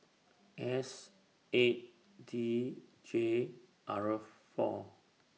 S eight D J R four